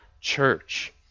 church